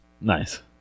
Nice